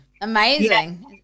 amazing